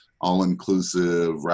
all-inclusive